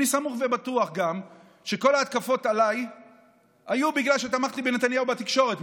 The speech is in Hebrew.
אני גם סמוך ובטוח שכל ההתקפות עליי היו בגלל שתמכתי בנתניהו בתקשורת.